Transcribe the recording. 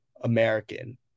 American